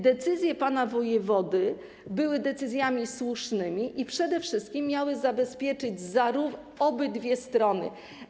Decyzje pana wojewody były decyzjami słusznymi i przede wszystkim miały zabezpieczyć obydwie strony.